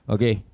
Okay